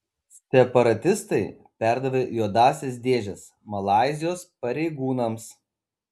separatistai perdavė juodąsias dėžes malaizijos pareigūnams